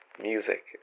music